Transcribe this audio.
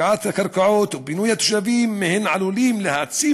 הפקעת הקרקעות ופינוי התושבים מהן עלולים להעצים